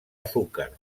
azúcar